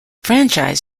franchise